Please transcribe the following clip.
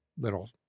little